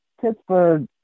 Pittsburgh